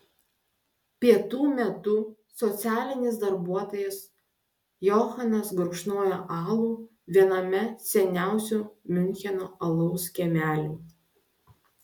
pietų metu socialinis darbuotojas johanas gurkšnoja alų viename seniausių miuncheno alaus kiemelių